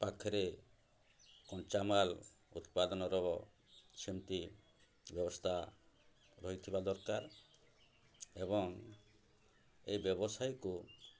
ପାଖରେ କଞ୍ଚାମାଲ୍ ଉତ୍ପାଦନର ସେମିତି ବ୍ୟବସ୍ଥା ରହିଥିବା ଦରକାର ଏବଂ ଏଇ ବ୍ୟବସାୟକୁ